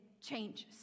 changes